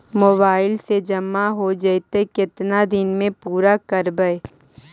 Mobile से जामा हो जैतय, केतना दिन में पुरा करबैय?